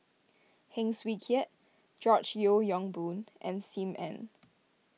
Heng Swee Keat George Yeo Yong Boon and Sim Ann